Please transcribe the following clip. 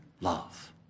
love